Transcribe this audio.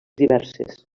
diverses